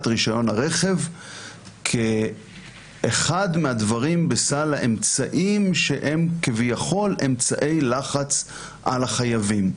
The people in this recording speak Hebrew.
רישיון הרכב כאחד מהדברים בסל האמצעים שהם כביכול אמצעי לחץ על החייבים.